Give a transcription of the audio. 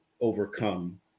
overcome